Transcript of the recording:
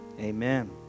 Amen